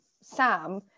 Sam